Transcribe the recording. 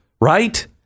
right